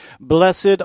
Blessed